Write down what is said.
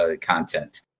content